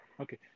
Okay